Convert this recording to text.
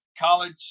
college